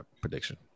prediction